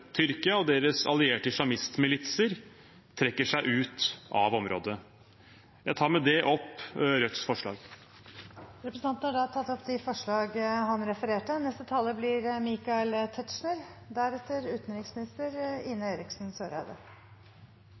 Tyrkia og deres allierte islamistmilitser trekker seg ut av området. Jeg tar med det opp Rødts forslag. Representanten Bjørnar Moxnes har tatt opp de forslagene han refererte